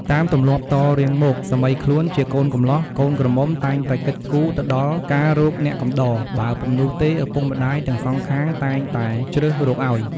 តាមទម្លាប់តរៀងមក សាមីខ្លួនជាកូនកម្លោះកូនក្រមុំតែងតែគិតគូរទៅដល់ការរកអ្នកកំដរ បើពុំនោះទេឪពុកម្តាយទាំងសងខាងតែងតែជ្រើសរកឱ្យ។